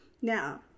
Now